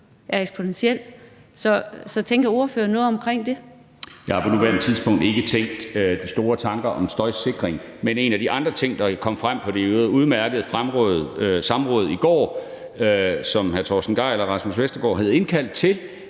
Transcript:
Ordføreren. Kl. 21:20 Niels Flemming Hansen (KF): Jeg har på nuværende tidspunkt ikke tænkt de store tanker om støjsikring, men en af de andre ting, der jo kom frem på det i øvrigt udmærkede samråd i går, som hr. Torsten Gejl og hr. Rasmus Vestergaard Madsen havde indkaldt til,